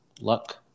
luck